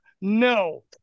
No